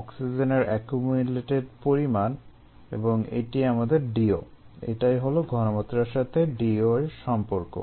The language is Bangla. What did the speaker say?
অক্সিজেনের একিউমুলেটেড পরিমাণ এবং এটিই আমাদের DO এটাই হলো ঘনমাত্রার সাথে DO এর সম্পর্ক